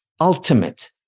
ultimate